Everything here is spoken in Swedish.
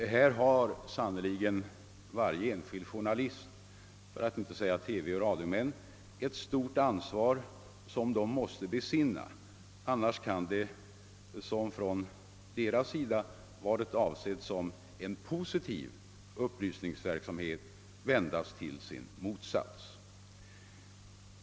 Här har sannerligen varje enskild journalist för att inte säga varje enskild radiooch TV-medarbetare ett stort ansvar som de måste besinna; annars kan det som varit avsett som positiv upplysningsverksamhet vändas till sin motsats.